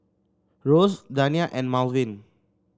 Rose Dania and Malvin